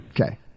Okay